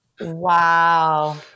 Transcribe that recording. Wow